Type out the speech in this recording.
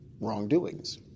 wrongdoings